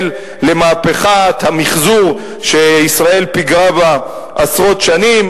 למהפכת המיחזור שישראל פיגרה בה עשרות שנים,